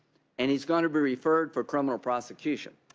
and he is going to be referred for criminal prosecution.